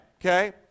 okay